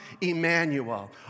Emmanuel